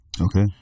Okay